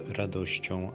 radością